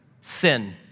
Sin